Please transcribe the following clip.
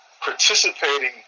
participating